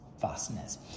vastness